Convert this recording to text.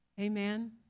Amen